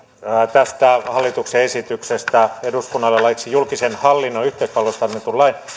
tästä hallituksen esityksestä eduskunnalle laiksi julkisen hallinnon yhteispalvelusta annetun lain